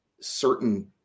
certain